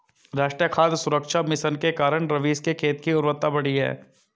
राष्ट्रीय खाद्य सुरक्षा मिशन के कारण रवीश के खेत की उर्वरता बढ़ी है